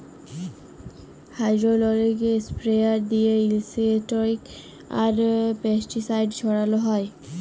hydraulic sprayer দিঁয়ে insecticide আর pesticide ছড়াল হ্যয়